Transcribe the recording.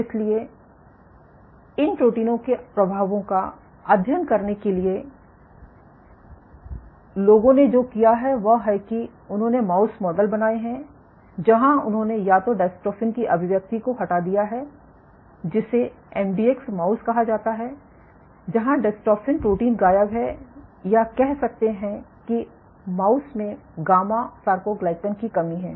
इसलिए इन प्रोटीनों के प्रभावों का अध्ययन करने के लिए लोगों ने जो किया है वह है कि उन्होंने माउस मॉडल बनाए हैं जहां उन्होंने या तो डायस्ट्रोफिन की अभिव्यक्ति को हटा दिया है जिसे एमडीएक्स माउस कहा जाता है जहां डायस्ट्रोफिन प्रोटीन गायब है या कह सकते हैं कि माउस में गामा सारकोग्लाकन कि कमी है